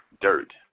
dirt